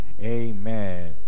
Amen